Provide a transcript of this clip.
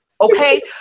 Okay